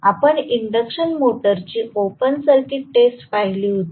आपण इंडक्शन मोटरची open circuit test पाहिली होती